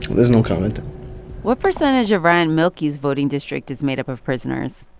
there's no comment what percentage of ryan mielke's voting district is made up of prisoners?